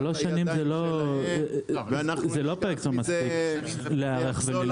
שלוש שנים זה לא פרק זמן מספיק להיערך וללמוד.